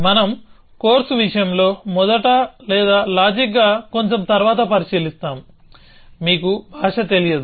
మనం కోర్సు విషయంలో మొదట లేదా లాజిక్గా కొంచెం తరువాత పరిశీలిస్తాము మీకు భాష తెలియదు